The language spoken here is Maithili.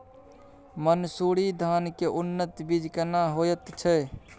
मन्सूरी धान के उन्नत बीज केना होयत छै?